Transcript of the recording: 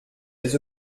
des